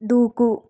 దూకు